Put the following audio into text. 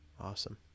Awesome